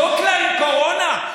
בדוק להם קורונה,